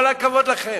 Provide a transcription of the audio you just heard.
כל הכבוד לכם.